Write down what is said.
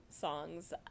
songs